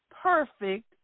perfect